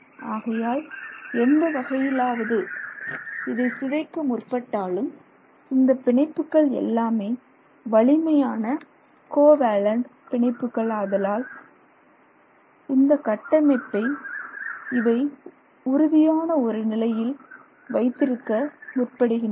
ஆகையால் எந்த வகையிலாவது இதை சிதைக்க முற்பட்டாலும் இந்த பிணைப்புகள் எல்லாமே வலிமையான கோவேலேன்ட் பிணைப்புகள் ஆதலால் இவை இந்த கட்டமைப்பை உறுதியான ஒரு நிலையில் வைத்திருக்க முற்படுகின்றன